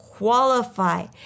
qualify